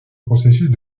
processus